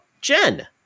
Jen